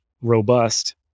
robust